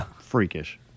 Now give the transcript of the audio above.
freakish